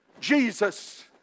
Jesus